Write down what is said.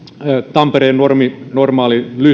tampereen normaalikoulun